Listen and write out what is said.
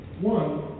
One